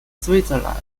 switzerland